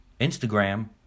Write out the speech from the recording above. Instagram